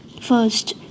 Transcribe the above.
First